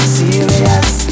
serious